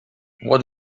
what